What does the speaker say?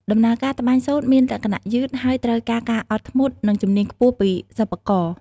ដំណើរការ ត្បាញសូត្រ មានលក្ខណៈយឺត ហើយត្រូវការការអត់ធ្មត់ និងជំនាញខ្ពស់ពីសិប្បករ។